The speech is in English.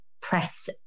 press